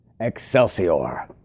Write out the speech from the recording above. excelsior